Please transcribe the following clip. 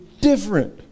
different